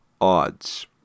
odds